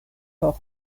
por